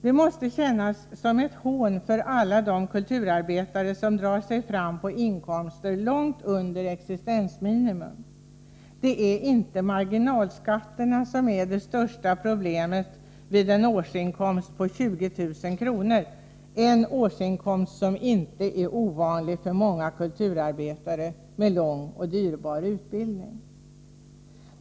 Det måste kännas som ett hån för alla de kulturarbetare som drar sig fram på inkomster långt under existensminimum. Det är inte marginalskatterna som är det största problemet vid en årsinkomst på 20 000 kr., en inkomst som inte är en ovanlig årslön för många kulturarbetare med lång och dyrbar utbildning.